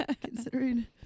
considering